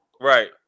right